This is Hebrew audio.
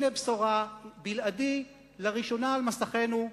הנה בשורה, בלעדי, לראשונה על מסכינו: